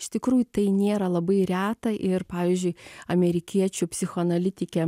iš tikrųjų tai nėra labai reta ir pavyzdžiui amerikiečių psichoanalitikė